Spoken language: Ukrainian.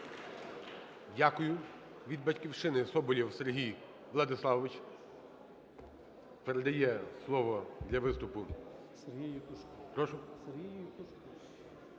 Дякую. Від "Батьківщини" Соболєв Сергій Владиславович. Передає слово для виступу. Прошу?